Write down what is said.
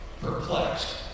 perplexed